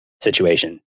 situation